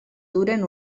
duren